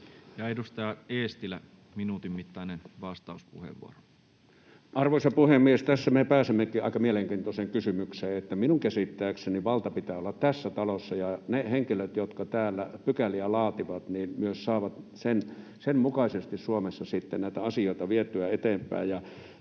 väliaikaisesta muuttamisesta Time: 11:32 Content: Arvoisa puhemies! Tässä me pääsemmekin aika mielenkiintoiseen kysymykseen. Minun käsittääkseni vallan pitää olla tässä talossa ja ne henkilöt, jotka täällä pykäliä laativat, myös saavat sen mukaisesti Suomessa sitten näitä asioita vietyä eteenpäin.